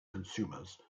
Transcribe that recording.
consumers